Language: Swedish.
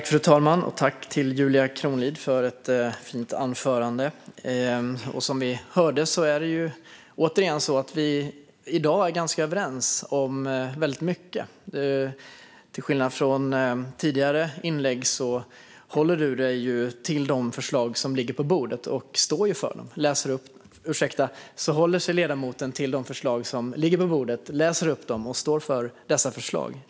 Fru talman! Tack för ett fint anförande, Julia Kronlid! Som vi hörde är vi dag är ganska överens om väldigt mycket. Till skillnad från tidigare inlägg håller sig ledamoten till de förslag som ligger på bordet. Hon läser upp förslagen och står för dem.